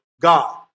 God